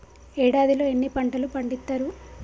ఏడాదిలో ఎన్ని పంటలు పండిత్తరు?